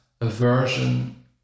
aversion